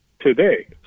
today